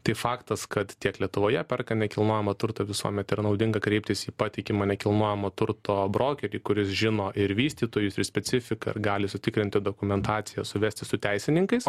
tai faktas kad tiek lietuvoje perka nekilnojamą turtą visuomet yra naudinga kreiptis į patikimą nekilnojamo turto brokerį kuris žino ir vystytojus ir specifiką gali sutikrinti dokumentaciją suvesti su teisininkais